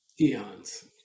eons